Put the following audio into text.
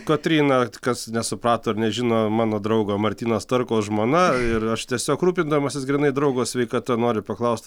kotryna kas nesuprato ir nežino mano draugo martyno starkaus žmona ir aš tiesiog rūpindamasis grynai draugo sveikata noriu paklaust